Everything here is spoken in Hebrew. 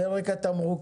את פרק התמרוקים.